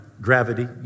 gravity